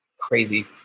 crazy